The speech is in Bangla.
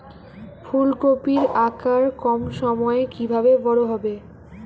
ফুলকপির আকার কম সময়ে কিভাবে বড় হবে?